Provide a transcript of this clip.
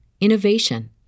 innovation